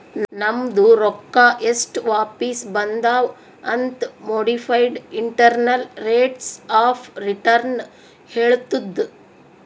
ನಮ್ದು ರೊಕ್ಕಾ ಎಸ್ಟ್ ವಾಪಿಸ್ ಬಂದಾವ್ ಅಂತ್ modified internal rates of return ಹೇಳತ್ತುದ್